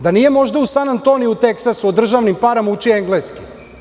Da nije možda u San Antoniu, u Teksasu, o državnim parama uči engleski?